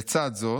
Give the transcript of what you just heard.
לצד זאת,